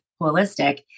holistic